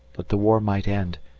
that the war might end,